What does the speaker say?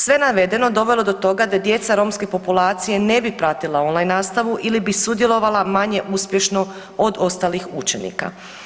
Sve navedeno dovelo je do toga da djeca romske populacije ne bi pratila on-line nastavu ili bi sudjelovala manje uspješno od ostalih učenika.